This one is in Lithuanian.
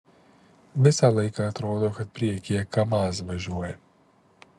visą laiką atrodo kad priekyje kamaz važiuoja